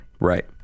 Right